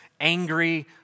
angry